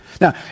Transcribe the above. Now